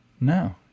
no